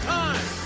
time